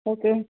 okay